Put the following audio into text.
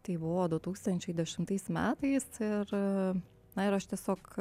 tai buvo du tūkstančiai dešimtais metais ir na ir aš tiesiog